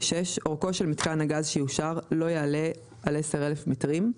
(6)אורכו של מיתקן הגז שיאושר לא יעלה על 10,000 מטרים.